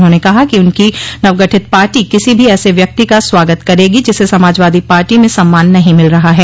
उन्होंने कहा कि उनकी नवगठित पार्टी किसी भी ऐसे व्यक्ति का स्वागत करेगी जिसे समाजवादी पार्टी में सम्मान नहीं मिल रहा है